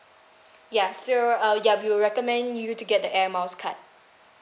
yeah so uh ya we'll recommend you to get the air miles card